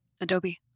Adobe